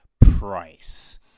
price